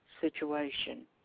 situation